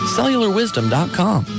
CellularWisdom.com